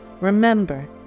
Remember